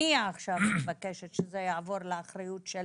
אני עכשיו מבקשת שזה יעבור לאחריות של